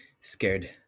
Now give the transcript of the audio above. scared